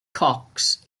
cocks